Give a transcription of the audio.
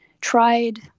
tried